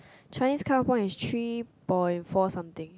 Chinese cut off point is three point four something